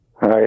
Hi